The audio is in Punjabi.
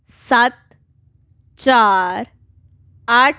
ਸੱਤ ਚਾਰ ਅੱਠ